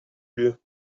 lieu